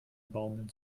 baumeln